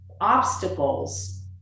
obstacles